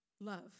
love